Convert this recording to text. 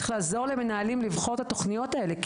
צריך לעזור למנהלים לבחור את התוכניות האלה,